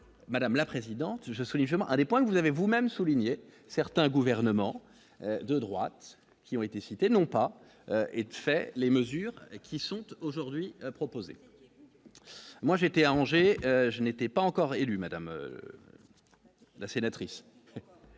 madame la présidente, je suis légèrement points que vous avez vous-même souligné certains gouvernements de droite qui ont été cités n'ont pas été fait les mesures qui sont aujourd'hui proposées, moi j'étais à Angers, je n'étais pas encore élu Madame la sénatrice